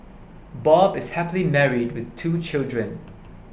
Bob is happily married with two children